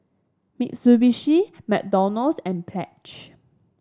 Mitsubishi McDonald's and Pledge